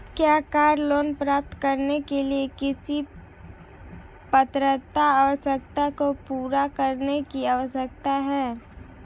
क्या car loan प्राप्त करने के लिए किसी पात्रता आवश्यकता को पूरा करने की आवश्यकता है?